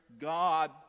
God